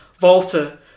Volta